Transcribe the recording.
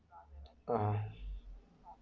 ah